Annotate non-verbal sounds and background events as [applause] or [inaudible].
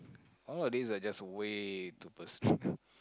all these are just way too personal [laughs]